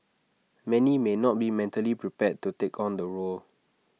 many may not be mentally prepared to take on the role